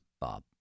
Bob